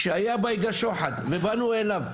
כשהיה בייגה שוחט ופנו אליו,